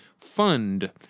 Fund